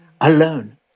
alone